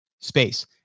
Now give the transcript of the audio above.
Space